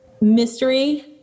mystery